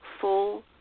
full